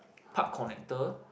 park connector